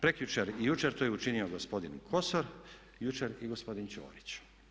Prekjučer i jučer to je učinio gospodin Kosor, jučer i gospodin Ćorić.